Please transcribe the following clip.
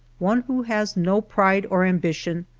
one who has no pride or ambition,